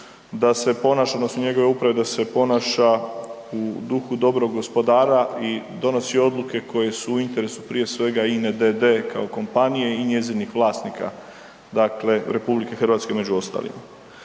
da se ponaša u duhu dobrog gospodara i donosi odluke koje su u interesu prije svega INA d.d. kao kompanije i njezinih vlasnika, dakle RH među ostalima.